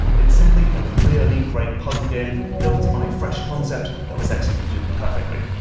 it's simply a really great puzzle game, built on a fresh concept that was executed perfectly.